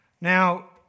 Now